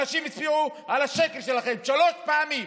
אנשים הצביעו לשקר שלכם שלוש פעמים,